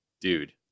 dude